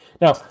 Now